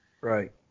right